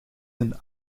een